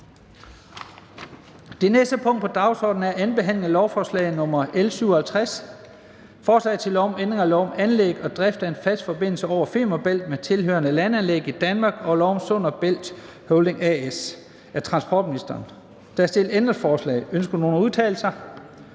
Det næste punkt på dagsordenen er: 20) 2. behandling af lovforslag nr. L 57: Forslag til lov om ændring af lov om anlæg og drift af en fast forbindelse over Femern Bælt med tilhørende landanlæg i Danmark og lov om Sund og Bælt Holding A/S. (Bevarelse af produktionsområdet ved Rødbyhavn og